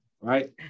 right